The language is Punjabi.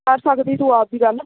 ਕਰ ਸਕਦੀ ਤੂੰ ਆਪਣੀ ਗੱਲ